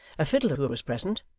a fiddler who was present,